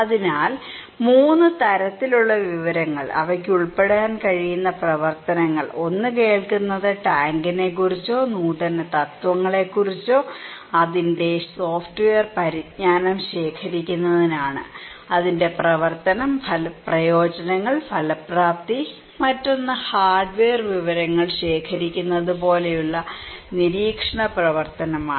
അതിനാൽ 3 തരത്തിലുള്ള വിവരങ്ങൾ അവയ്ക്ക് ഉൾപ്പെടാൻ കഴിയുന്ന പ്രവർത്തനങ്ങൾ ഒന്ന് കേൾക്കുന്നത് ടാങ്കിനെക്കുറിച്ചോ നൂതനത്വങ്ങളെക്കുറിച്ചോ അതിന്റെ സോഫ്റ്റ്വെയർ പരിജ്ഞാനം ശേഖരിക്കുന്നതിനാണ് അതിന്റെ പ്രവർത്തനം അതിന്റെ പ്രയോജനങ്ങൾ ഫലപ്രാപ്തി മറ്റൊന്ന് ഹാർഡ്വെയർ വിവരങ്ങൾ ശേഖരിക്കുന്നത് പോലെയുള്ള നിരീക്ഷണ പ്രവർത്തനമാണ്